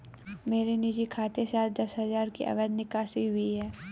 मेरे निजी खाते से आज दस हजार की अवैध निकासी हुई है